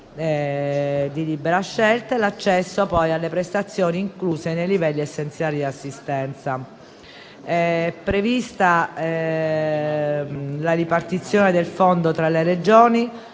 di libera scelta e l'accesso poi alle prestazioni incluse nei livelli essenziali di assistenza. È prevista la ripartizione del fondo tra le Regioni